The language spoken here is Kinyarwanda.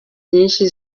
nyinshi